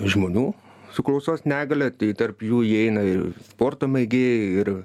žmonių su klausos negalia tai tarp jų įeina ir sporto mėgėjai ir